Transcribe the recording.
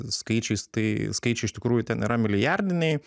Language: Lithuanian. skaičiais tai skaičiai iš tikrųjų ten yra milijardiniai